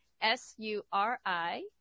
S-U-R-I